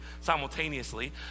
simultaneously